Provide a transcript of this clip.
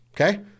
Okay